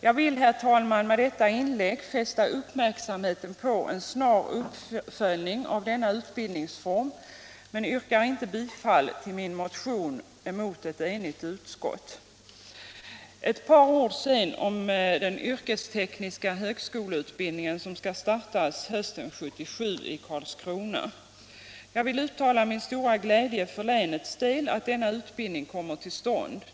Jag vill, herr talman, med detta inlägg fästa uppmärksamheten på att det behövs en snar uppföljning av denna utbildningsform, men jag yrkar inte bifall till min motion mot ett enigt utskott. Ett par ord sedan om den yrkestekniska högskoleutbildning som skall startas hösten 1977 i Karlskrona. Jag vill uttala min stora glädje för länets del över att denna utbildning kommer till stånd.